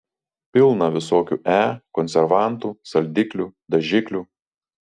pilna visokių e konservantų saldiklių dažiklių